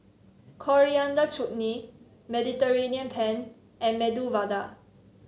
Coriander Chutney Mediterranean Penne and Medu Vada